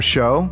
Show